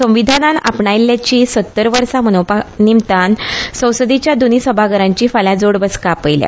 संविधान आपणायिल्ल्याची सत्तर वर्सां मनोवपा निमतान संसदेच्या दोनूय सभाघरांची फाल्यां जोड बसका आपयल्या